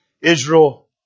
Israel